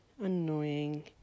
annoying